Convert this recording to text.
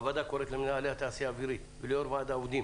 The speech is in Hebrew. הוועדה קוראת למנהלי התעשייה האווירית וליו"ר ועד העובדים